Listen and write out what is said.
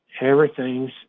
everything's